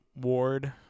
Ward